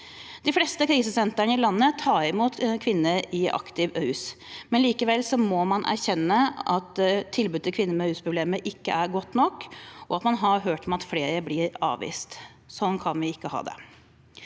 De fleste krisesentrene i landet tar imot kvinner i aktiv rus, men likevel må man erkjenne at tilbudet til kvinner med rusproblemer ikke er godt nok, og at man har hørt om at flere blir avvist. Sånn kan vi ikke ha det.